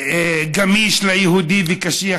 גמיש ליהודי וקשיח לערבי.